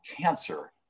cancer